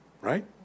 right